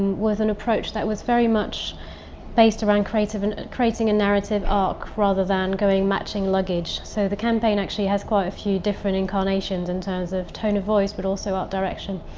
was an approach that was very much based around creative and creating a narrative arc. rather than going matching luggage. so the campaign actually has quite a few different incarnations. in terms of tone of voice but also art direction.